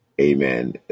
Amen